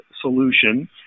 solution